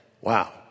Wow